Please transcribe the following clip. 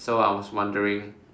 so I was wondering